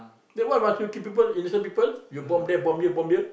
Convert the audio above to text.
then why must you kill people innocent people you bomb there bomb here bomb here